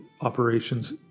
operations